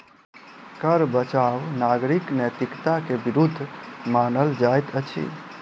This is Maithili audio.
कर बचाव नागरिक नैतिकता के विरुद्ध मानल जाइत अछि